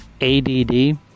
ADD